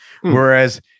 Whereas